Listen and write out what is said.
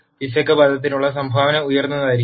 പിശക് പദത്തിനുള്ള സംഭാവന ഉയർന്നതായിരിക്കും